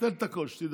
נבטל את הכול, שתדע,